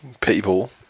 people